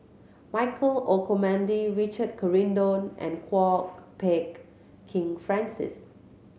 Michael Olcomendy Richard Corridon and Kwok Peng Kin Francis